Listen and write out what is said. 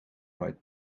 right